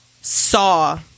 saw